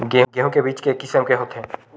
गेहूं के बीज के किसम के होथे?